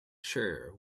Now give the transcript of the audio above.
sure